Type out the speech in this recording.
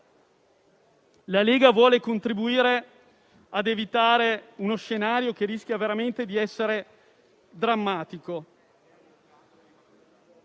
La Lega vuole contribuire a evitare uno scenario che rischia veramente di essere drammatico.